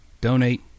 donate